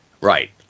Right